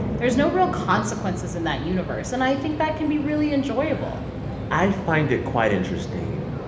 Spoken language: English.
there's no real consequences in that universe, and i think that can be really enjoyable i find it quite interesting,